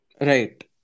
Right